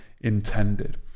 intended